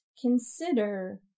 consider